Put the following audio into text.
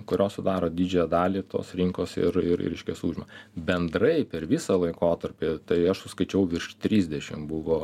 kurios sudaro didžiąją dalį tos rinkos ir ir reiškias užima bendrai per visą laikotarpį tai aš suskaičiavau virš trisdešim buvo